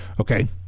Okay